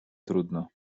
trudno